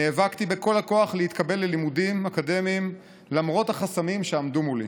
נאבקתי בכל הכוח להתקבל ללימודים אקדמיים למרות החסמים שעמדו מולי.